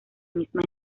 misma